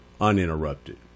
uninterrupted